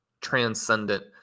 transcendent